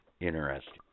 Interesting